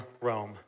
Rome